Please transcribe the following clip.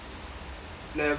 level